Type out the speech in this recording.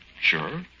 sure